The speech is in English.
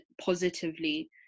positively